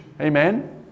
amen